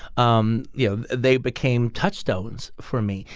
um you know, they became touchstones for me.